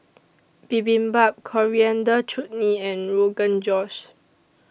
Bibimbap Coriander Chutney and Rogan Josh